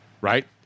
Right